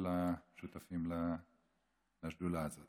חברת הכנסת ענבר וכל השותפים לשדולה הזאת.